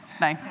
No